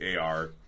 AR